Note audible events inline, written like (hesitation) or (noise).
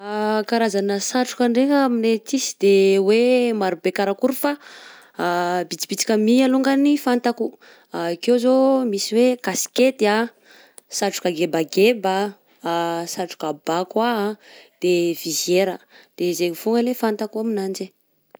Karazana satroka ndraiky aminay aty sy de hoe maro be karakory fa bitsibitsika mi alongany fantako, akeo zao misy kaskety, satroka gebageba (hesitation) satroka bà koa de viziera; de zegny fôna le fantako aminanjy.